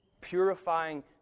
purifying